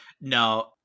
No